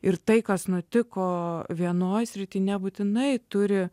ir tai kas nutiko vienoj srity nebūtinai turi